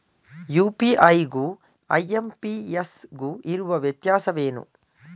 UPI ಗು IMPS ಗು ಇರುವ ವ್ಯತ್ಯಾಸವೇನು?